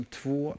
två